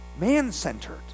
man-centered